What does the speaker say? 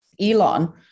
Elon